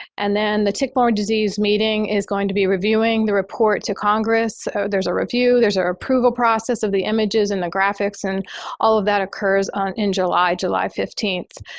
and then the tick-borne disease meeting is going to be reviewing the report to congress. so there's a review. there's ah approval process of the images and the graphics and all of that occurs on in july, july fifteenth.